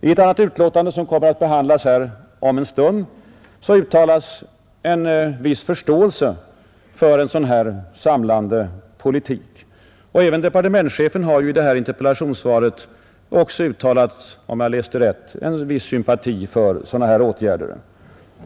I ett annat betänkande som kommer att behandlas om en stund uttalas en viss förståelse för en sådan samlad politik. Även departementschefen har ju i sitt nyss upplästa interpellationssvar uttalat, om jag hörde rätt, sympati för åtgärder av det slaget.